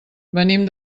venim